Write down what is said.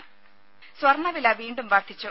ദേശ സ്വർണ വില വീണ്ടും വർധിച്ചു